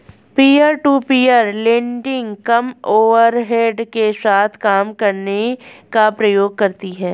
peer to peer lending कम overhead के साथ काम करने का प्रयास करती हैं